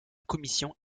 commission